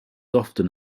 often